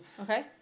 Okay